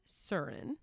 Surin